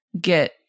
get